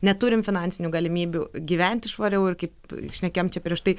neturim finansinių galimybių gyventi švariau ir kaip šnekėjom čia prieš tai